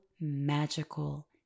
magical